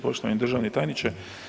Poštovani državni tajniče.